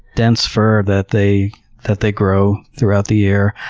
dense, fur that they that they grow throughout the year,